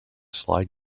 slide